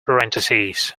parentheses